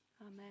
Amen